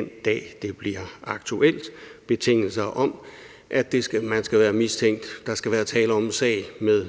den dag, det bliver aktuelt, nemlig betingelser om, at man skal være mistænkt, at der skal være tale om en sag med